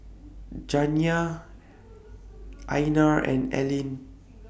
Janiya Einar and Alene